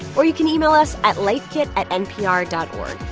or you can email us at lifekit at npr dot